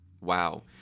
Wow